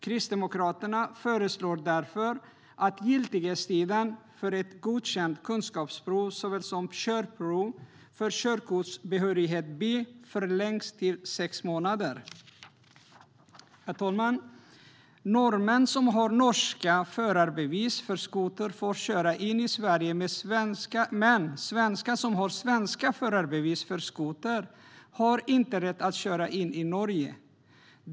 Kristdemokraterna föreslår därför att giltighetstiden för ett godkänt kunskapsprov såväl som körprov för körkortsbehörighet B förlängs till sex månader. Herr talman! Norrmän som har norska förarbevis för skoter får köra in i Sverige, men svenskar som har svenska förarbevis för skoter har inte rätt att köra in i Norge.